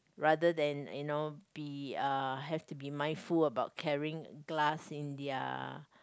rather than you know be uh have to be mindful about carrying glass in their